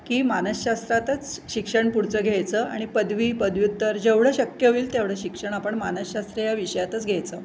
की मानसशास्त्रातच शिक्षण पुढचं घ्यायचं आणि पदवी पदव्युत्तर जेवढं शक्य होईल तेवढं शिक्षण आपण मानसशास्त्र या विषयातच घ्यायचं